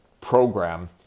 program